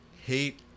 hate